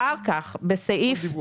אחר כך בפסקה